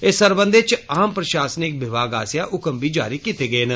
इस सरबंधै च आम प्रशासनिक विभाग आस्सेया ह्क्म बी जारी कीते गेय न